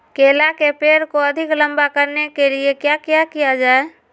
केला के पेड़ को अधिक लंबा करने के लिए किया किया जाए?